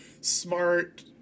smart